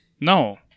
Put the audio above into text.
No